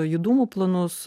judumo planus